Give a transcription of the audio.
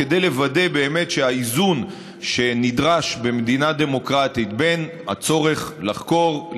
כדי לוודא באמת שהאיזון שנדרש במדינה דמוקרטית בין הצורך לחקור,